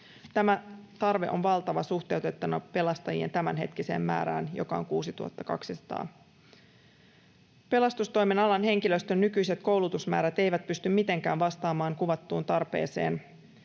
Tämä tarve on valtava suhteutettuna pelastajien tämänhetkiseen määrään, joka on 6 200. Pelastustoimen alan henkilöstön nykyiset koulutusmäärät eivät pysty mitenkään vastaamaan kuvattuun tarpeeseen.